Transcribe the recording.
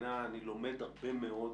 אני לומד הרבה מאוד